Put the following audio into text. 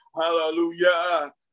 hallelujah